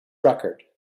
record